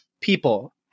people